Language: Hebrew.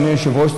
אדוני היושב-ראש,